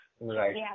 Right